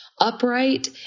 upright